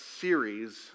series